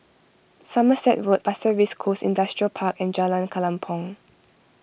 Somerset Road Pasir Ris Coast Industrial Park and Jalan Kelempong